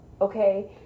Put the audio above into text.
Okay